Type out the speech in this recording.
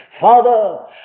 Father